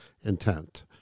intent